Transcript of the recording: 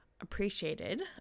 appreciated